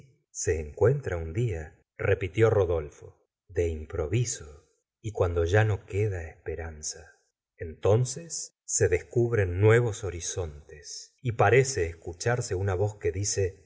se encuentra un día repitió rodolfo de improviso y cuando ya no queda esperanza entonces se descubren nuevos horizontes y parece escucharse una voz que dice